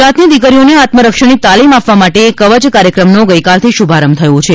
ગુજરાતની દિકરીઓને આત્મરક્ષણની તાલીમ આપવા માટે કવચ કાર્યક્રમનો ગઇકાલથી શુભારંભ થયો છે